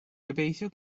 gobeithio